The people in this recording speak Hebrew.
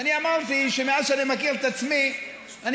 ואני אמרתי שמאז שאני מכיר את עצמי אני